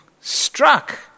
struck